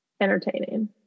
entertaining